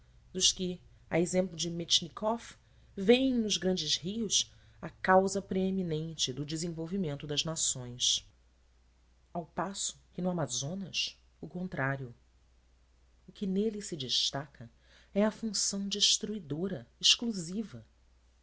dos que a exemplo de metchnikoff vêem nos grandes rios a causa preeminente do desenvolvimento das nações ao passo que no amazonas o contrário o que nele se destaca é a função destruidora exclusiva